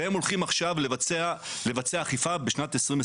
והם הולכים עכשיו לבצע אכיפה בשנת 2023,